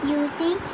using